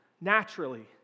naturally